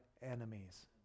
enemies